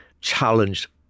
challenged